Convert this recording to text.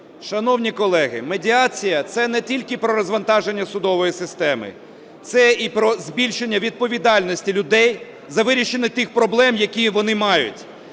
Шановні колеги, медіація – це не тільки про розвантаження судової системи, це і про збільшення відповідальності людей за вирішення тих проблем, які вони мають.